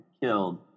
killed